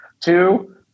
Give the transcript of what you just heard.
two